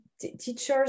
teachers